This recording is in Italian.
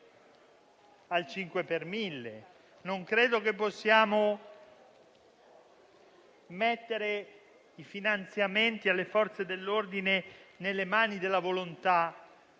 al 5 per mille; non credo che possiamo rimettere i finanziamenti alle Forze dell'ordine nelle mani della volontà